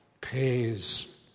pays